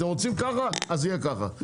אתם רוצים ככה אז יהיה ככה.